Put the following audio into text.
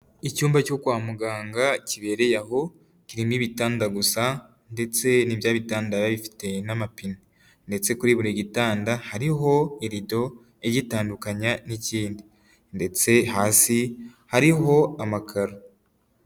Icyumba cyo kwa muganga kibereye aho, kirimo ibitanda gusa ndetse ni bya bitanda bifite n'amapine ndetse kuri buri gitanda, hariho irido igitandukanya n'ikindi ndetse hasi hariho amakaro.